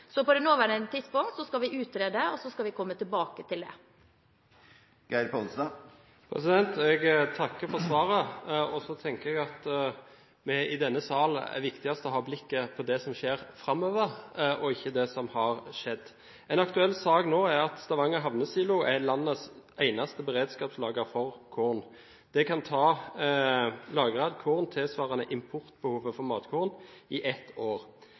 det nåværende tidspunkt skal vi utrede, og så skal vi komme tilbake til det. Jeg takker for svaret, og så tenker jeg at det i denne sal er viktigst å ha blikket på det som skjer framover, ikke på det som har skjedd. En aktuell sak nå er at Stavanger Havnesilo er landets eneste beredskapslager for korn. Det kan lagre korn tilsvarende importbehovet for matkorn i ett år.